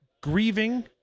grieving